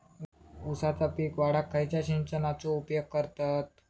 ऊसाचा पीक वाढाक खयच्या सिंचनाचो उपयोग करतत?